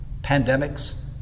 pandemics